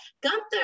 Gunther